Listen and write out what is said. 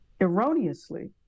erroneously